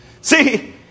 See